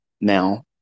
now